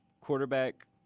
quarterback